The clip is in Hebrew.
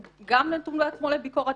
הוא גם נתון בעצמו לביקורת.